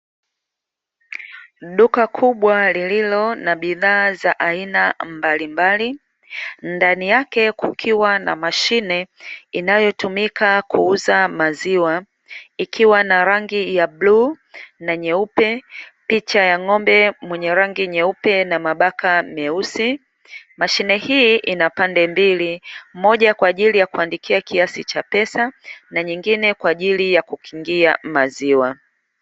Duka kubwa lililo na badhaa za aina mbalimbali ndani yake kukiwa na mashine inayotumika kuuza maziwa ikiwa na rangi ya bluu na nyeupe, picha ya ng'ombe mwenye rangi nyeupe na mabaka meusi. Mashine hii ina pande mbili, moja kwa ajili ya kuandikia kiasi cha pesa na nyingine kwa ajili ya kukingia maziwa.